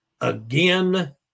again